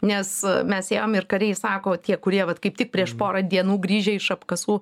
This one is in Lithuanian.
nes mes ėjom ir kariai sako tie kurie vat kaip tik prieš porą dienų grįžę iš apkasų